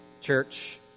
church